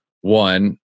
one